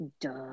Duh